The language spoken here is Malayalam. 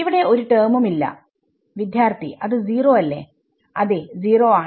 ഇവിടെ ഒരു ടെർമും ഇല്ല വിദ്യാർത്ഥി അത് 0 അല്ലെ അതേ 0 ആണ്